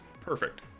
perfect